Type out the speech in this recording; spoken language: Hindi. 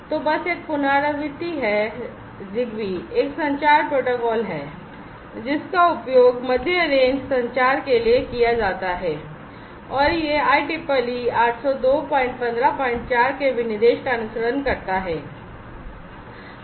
तो बस एक पुनरावृत्ति ZigBee एक संचार प्रोटोकॉल है जिसका उपयोग मध्य रेंज संचार के लिए किया जाता है और यह IEEE 802154 के विनिर्देश का अनुसरण करता है